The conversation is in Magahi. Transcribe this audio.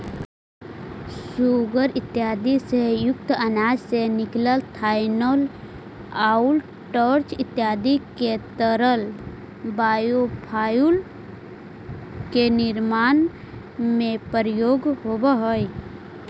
सूगर आदि से युक्त अनाज से निकलल इथेनॉल आउ स्टार्च इत्यादि के तरल बायोफ्यूल के निर्माण में प्रयोग होवऽ हई